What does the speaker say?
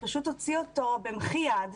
הוא פשוט הוציא אותו, במחי יד,